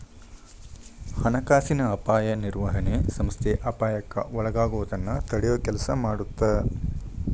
ಹಣಕಾಸಿನ ಅಪಾಯ ನಿರ್ವಹಣೆ ಸಂಸ್ಥೆ ಅಪಾಯಕ್ಕ ಒಳಗಾಗೋದನ್ನ ತಡಿಯೊ ಕೆಲ್ಸ ಮಾಡತ್ತ